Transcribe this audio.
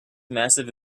massive